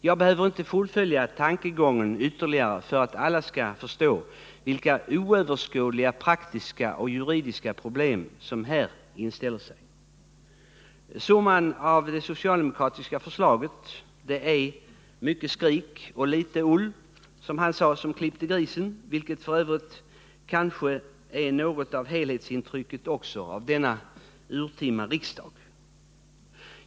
Jag behöver inte fullfölja tankegången ytterligare för att alla skall förstå vilka oöverskådliga praktiska och juridiska problem som här inställer sig. Summan av det socialdemokratiska förslaget är mycket skrik och litet ull, som han sade som klippte grisen, vilket f. ö. är något av helhetsintrycket av denna urtima riksdag.